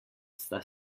sta